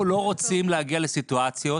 אנחנו לא רוצים להגיע לסיטואציות